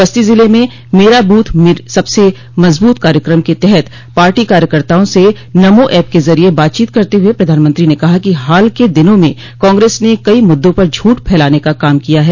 बस्ती जिले में मेरा बूथ सबसे मजबूत कार्यक्रम के तहत पार्टी कार्यकर्ताओं से नमो एप के जरिये बातचीत करते हुए प्रधानमंत्री ने कहा कि हाल के दिनों में कांग्रेस ने कई मुद्दों पर झूठ फैलाने का काम किया है